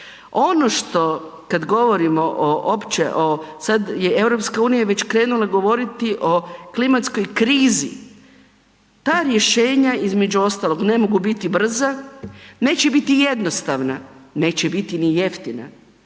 Ono što kad govorimo opće o, sad je EU krenula već govoriti o klimatskoj krizi. Ta rješenja između ostalog ne mogu biti brza, neće biti jednostavna, neće biti ni jeftina,